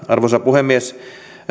arvoisa puhemies